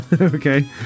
Okay